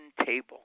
table